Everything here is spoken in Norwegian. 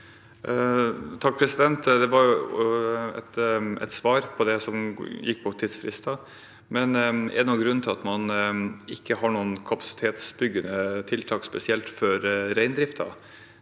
(H) Det var et svar på det som gikk på tidsfrister. Er det noen grunn til at man ikke har noen kapasitetsbyggende tiltak spesielt for reindriften?